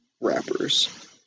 rappers